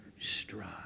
strive